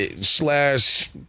slash